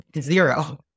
zero